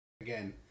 again